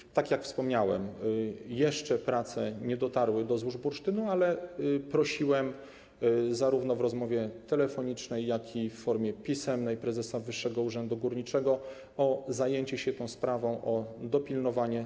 I tak jak wspomniałem, prace jeszcze nie dotarły do złóż bursztynu, ale prosiłem zarówno w rozmowie telefonicznej, jak i w formie pisemnej prezesa Wyższego Urzędu Górniczego o zajęcie się tą sprawą, o jej dopilnowanie.